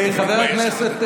חבר הכנסת פינדרוס,